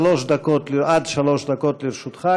עד שלוש דקות לרשותך,